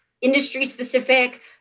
industry-specific